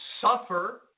suffer